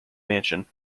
mansion